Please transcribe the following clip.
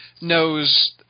knows